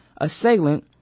assailant